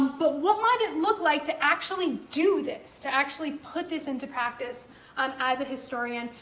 but what might it look like to actually do this, to actually put this into practice um as a historian,